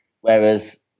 Whereas